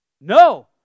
No